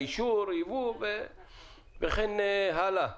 אישור יבוא וכן הלאה.